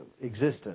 existence